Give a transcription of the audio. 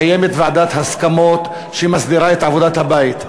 מתקיימת ועדת הסכמות שמסדירה את עבודת הבית.